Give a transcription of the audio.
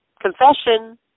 confession